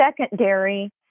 secondary